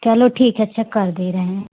चलो ठीक है अच्छा कर दे रहे हैं